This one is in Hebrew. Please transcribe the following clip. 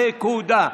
נקודה.